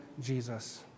Jesus